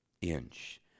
inch